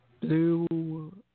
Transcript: blue